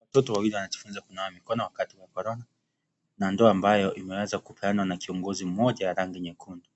Watoto wawili wanajifunza kunawa mikono wakati wa korona, na ndoo ambayo imeweza kupeanwa na kiongozi mmoja ya rangi nyekundu.